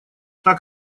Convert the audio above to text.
так